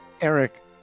Eric